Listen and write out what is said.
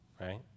right